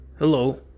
Hello